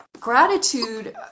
gratitude